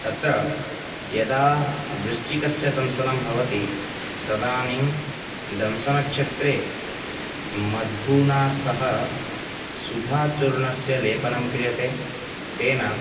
तत्र यदा वृश्चिकस्य दंशनं तदानीं दंशनक्षेत्रे मधुना सह सुधाचूर्णस्य लेपनं क्रियते तेन